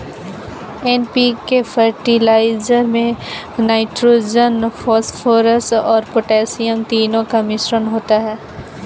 NPK fertiliser में nitrogen, phosphorus और potassium तीनों का मिश्रण होता है